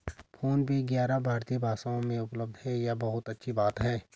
phone पे ग्यारह भारतीय भाषाओं में उपलब्ध है यह बहुत अच्छी बात है